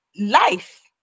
life